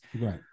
right